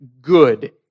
good